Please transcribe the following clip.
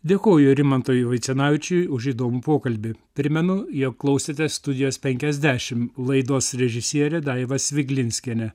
dėkoju rimantui vaicenavičiui už įdomų pokalbį primenu jog klausėte studijos penkiasdešimt laidos režisierė daiva sviglinskienė